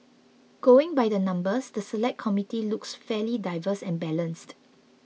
going by the numbers the Select Committee looks fairly diverse and balanced